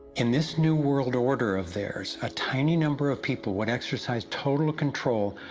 in this new world order of theirs a tiny number of people would exercise total control,